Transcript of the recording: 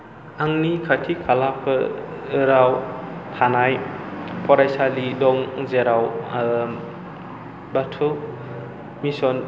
आंनि खाथि खालाफोराव थानाय फरायसालि दं जेराव बाथौ मिसन